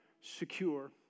secure